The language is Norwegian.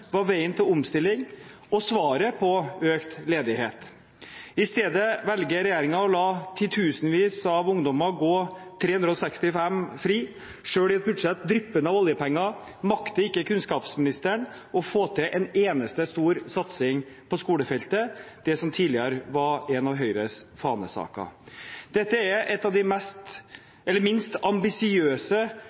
var veien til omstilling og svaret på økt ledighet. I stedet velger regjeringen å la titusenvis av ungdommer gå «365 fri». Selv i et budsjett dryppende av oljepenger makter ikke kunnskapsministeren å få til en eneste stor satsing på skolefeltet – det som tidligere var en av Høyres fanesaker. Dette er et av de minst ambisiøse og mest